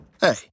Hey